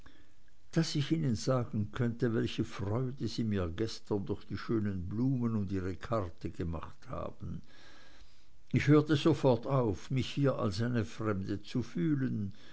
daß ich ihnen sagen könnte welche freude sie mir gestern durch die schönen blumen und ihre karte gemacht haben ich hörte sofort auf mich hier als eine fremde zu fühlen